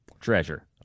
treasure